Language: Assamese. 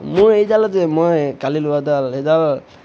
মোৰ এইডাল যে মই কালি লোৱাডাল সেইডাল